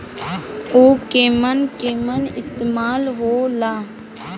उव केमन केमन इस्तेमाल हो ला?